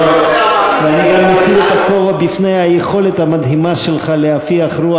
ואני גם מסיר את הכובע בפני היכולת המדהימה שלך להפיח רוח